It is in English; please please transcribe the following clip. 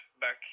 back